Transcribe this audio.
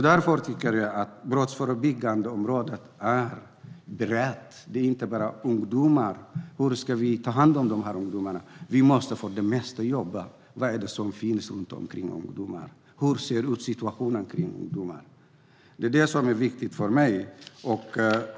Det brottsförebyggande området är brett. Det gäller inte bara ungdomar. Hur ska vi ta hand om de här ungdomarna? Vi måste för det mesta jobba med vad som finns runt omkring de här ungdomarna, hur situationen kring dem ser ut. Det är viktigt för mig.